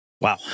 Wow